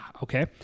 Okay